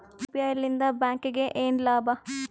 UPI ಲಿಂದ ಬ್ಯಾಂಕ್ಗೆ ಏನ್ ಲಾಭ?